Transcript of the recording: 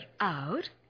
Out